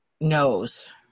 knows